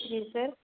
जी sir